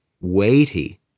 weighty